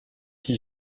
qui